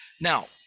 Now